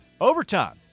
Overtime